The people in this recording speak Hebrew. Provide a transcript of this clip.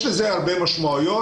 יש לזה הרבה משמעויות,